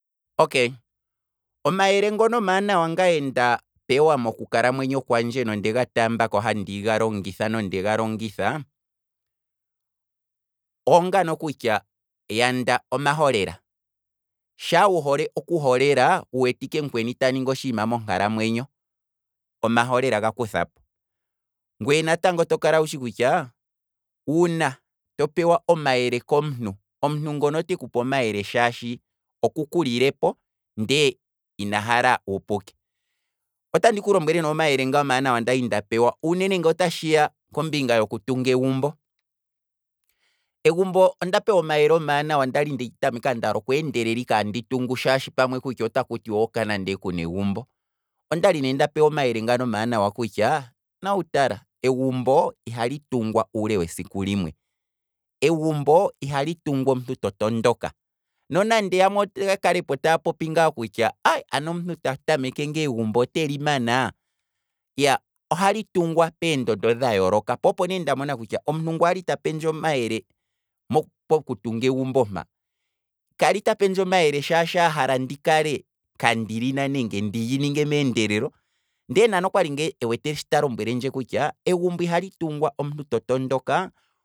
Okay, omayele ngono omaanawa ngaye nda pewa mokukalamwenyo kwandje nonde ga taambako handiga longitha nondega longithaa, oongno kutya, yanda omaholela, shaa wu holeokuholelaa, wu wete ike mukweni ta ningi otshiima monkalamwenyo, omaholela gaku thapo, ngwee natango tokala wutyi kutya, uuna topewa omayele komuntu, omuntu ngono otekupe omayele shaashi oku kulilepo nde ina hala wu puke, otandi ku lombwele ne omayele ngoo mawanawa ndali nda pewa, uunene ngoo ta tshiya kombinga yoku tunga egumbo, egumbo onda pewa omayele omaanawa kwali ndeli tameka ndaala okweendelela ike andi tungu shaashi pamwe otaku tiwa okana ndee kuna egumbo, ondali ne nda pewa omayele ngano omaanawa kutya, mau tala, egumboo ihali tungwa uule wesiku limwe, egumbo ihali tungwa omuntu to tondoka, nonande yamwe oya kalepo taapopi ngaa kutya, ayi! Ano omuntu ta tameke ngaa egumbo oteli manaa, iya, ohali tungwa peendondo dha yooloka, po opo nee nda mona kutya, omuntu ngu ali ta pendje omayele moku pokutunga egumbo mpa, kali ta pendje omayele shaashi ahala ndika le kandilina nenge ndilyi ninge meendelelo, ndele nani okwali ngaa ewete shi ta lombwelendje kutya, egumbo ihali tungwa omuntu to tondokaa